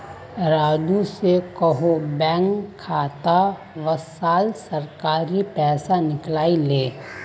राजू स कोहो बैंक खातात वसाल सरकारी पैसा निकलई ले